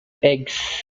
eggs